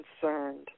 concerned